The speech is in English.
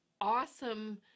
awesome